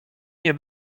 nie